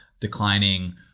declining